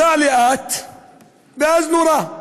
ונסע לאט ואז נורה,